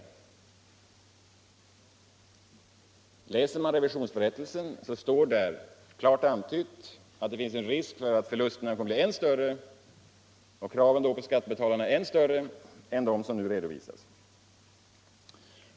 Om man nämligen läser revisionsberättelsen skall man finna att där står klart antytt att det finns risk för att förlusterna och kraven på skattebetalarna kommer att bli än större än vad som nu redovisas.